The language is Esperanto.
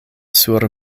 sur